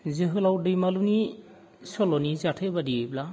जोहोलाव दैमालुनि सल'नि जाथाय बायदियैब्ला